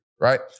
right